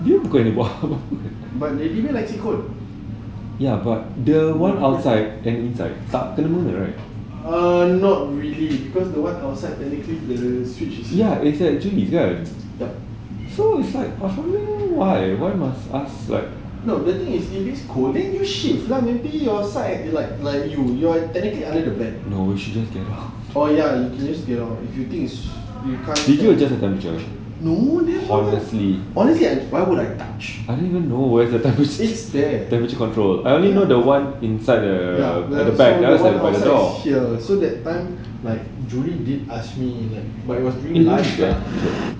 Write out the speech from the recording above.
but daddy bear actually could ah not really cause the one outside technically the switch is inside yup no the thing is it is cold then just shift lah maybe your side is what you you're technically under the vent oh ya actually she cannot if you think is no I never honestly why would I touch it's there ya ya here so that time like julie did ask me like but I was doing work